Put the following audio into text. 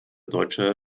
deutsche